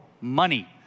money